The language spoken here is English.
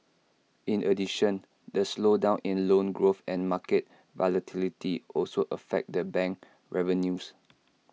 in addition the slowdown in loan growth and market volatility also affect the bank revenues